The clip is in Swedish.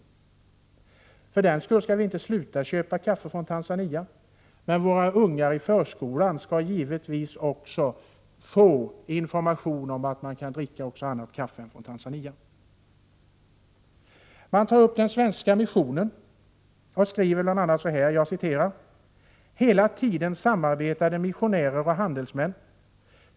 Jag menar inte att vi för den skull skall sluta köpa kaffe från Tanzania. Men våra ungar i förskolan skall givetvis också få information om att man kan dricka kaffe från andra länder än Tanzania. Man säger också något om den svenska missionen. Man skriver bl.a.: ”Hela tiden samarbetade missionärer och handelsmän.